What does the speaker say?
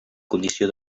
condició